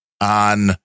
on